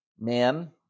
men